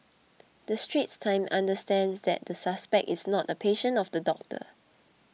the Straits Times understands that the suspect is not a patient of the doctor